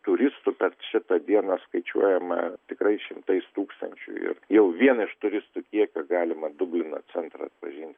turistų per šitą dieną skaičiuojama tikrai šimtais tūkstančių ir jau vien iš turistų kiekio galima dublino centrą atpažinti